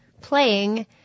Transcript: playing